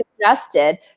suggested